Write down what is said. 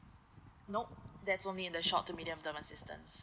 nope that's only the short to medium assistance